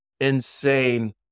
insane